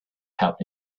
kept